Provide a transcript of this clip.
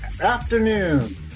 afternoon